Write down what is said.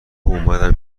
اومدم